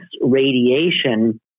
radiation